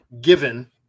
given